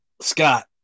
Scott